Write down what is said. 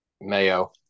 mayo